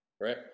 Right